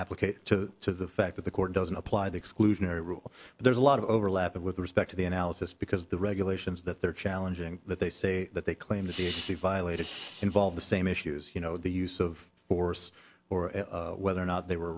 application to the fact that the court doesn't apply the exclusionary rule but there's a lot of overlap with respect to the analysis because the regulations that they're challenging that they say that they claim to see if she violated involve the same issues you know the use of force or whether or not they were